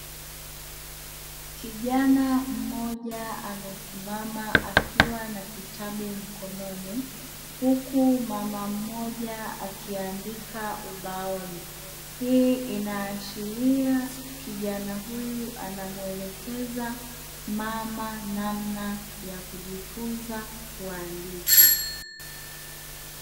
Kijana mmoja amesimama akiwa na kitabu mkononi, huku mama mmoja akiandika ubaoni. Hii inaashiria kijana huyu anamwelekeza mama namna ya kujifunza kuandika.